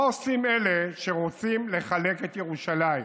מה עושים אלה שרוצים לחלק את ירושלים?